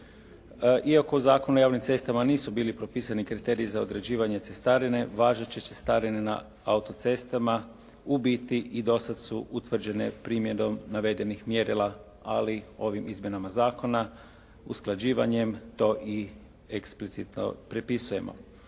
iako u Zakonu o javnim cestama nisu bili propisani kriteriji za određivanje cestarine važeće cestarine na autocestama u biti i do sada su utvrđene primjedbom navedenim mjerila, ali ovim izmjenama zakona usklađivanjem to i eksplicitno pripisujemo.